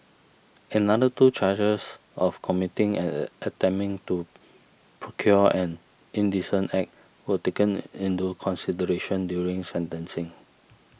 another two charges of committing and attempting to procure an indecent act were taken into consideration during sentencing